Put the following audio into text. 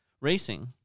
Racing